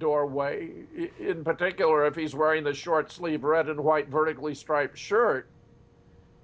doorway in particular and he's wearing the short sleeved red and white vertically striped shirt